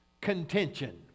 contention